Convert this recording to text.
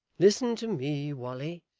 listen to me, wally,